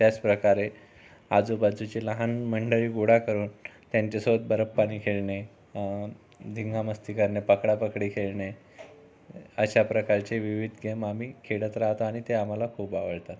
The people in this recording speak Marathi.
त्याचप्रकारे आजुबाजूची लहान मंडळी गोळा करुन त्यांच्यासोबत बर्फपानी खेळणे दंगामस्ती करणे पकडापकडी खेळणे अशा प्रकारचे विविध गेम आम्ही खेळत राहतो आणि ते आम्हाला खूप आवडतात